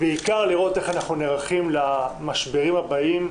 בעיקר לראות איך אנחנו נערכים למשברים הבאים.